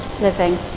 living